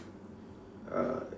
uh